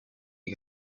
che